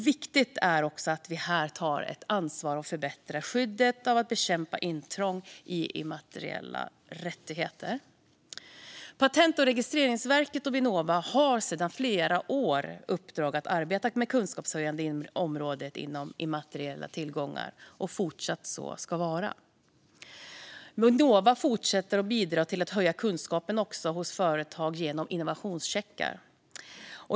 Viktigt är också att vi tar ansvar för att förbättra skyddet och bekämpa intrång i immateriella rättigheter. Patent och registreringsverket och Vinnova har sedan flera år i uppdrag att arbeta kunskapshöjande inom området immateriella tillgångar, och så ska det fortsätta att vara. Vinnova fortsätter också att bidra till att höja kunskapen hos företag genom innovationscheckar.